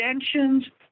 extensions